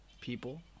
people